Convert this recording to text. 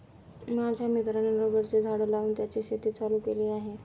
माझ्या मित्राने रबराची झाडं लावून त्याची शेती चालू केली आहे